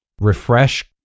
Refresh